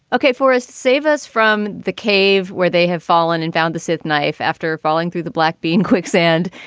okay. for us to save us from the cave where they have fallen and found the sith knife after falling through the black being quicksand.